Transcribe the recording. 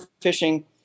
fishing